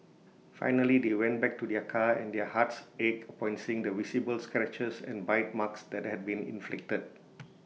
finally they went back to their car and their hearts ached upon seeing the visible scratches and bite marks that had been inflicted